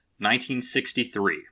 1963